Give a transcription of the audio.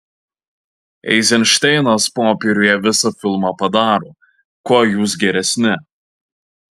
eizenšteinas popieriuje visą filmą padaro kuo jūs geresni